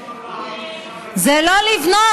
אני לא שומעת.